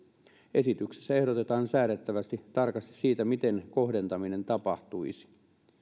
esityksessä ehdotetaan säädettäväksi tarkasti siitä miten kohdentaminen tapahtuisi